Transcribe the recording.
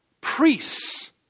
priests